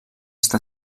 està